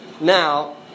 Now